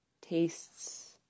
tastes